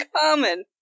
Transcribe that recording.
common